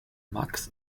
max